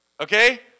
Okay